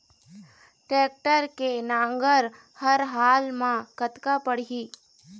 Tractor के नांगर हर हाल मा कतका पड़िही?